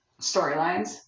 storylines